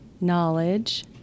knowledge